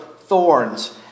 thorns